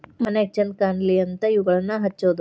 ಮನ್ಯಾಗ ಚಂದ ಕಾನ್ಲಿ ಅಂತಾ ಇವುಗಳನ್ನಾ ಹಚ್ಚುದ